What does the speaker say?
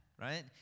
right